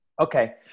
Okay